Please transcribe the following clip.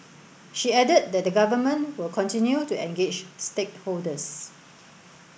she added that the Government will continue to engage stakeholders